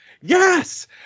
Yes